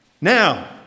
now